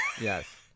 yes